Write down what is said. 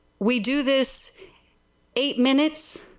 we do this eight minutes.